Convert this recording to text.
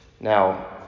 Now